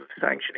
sanctioning